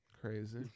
Crazy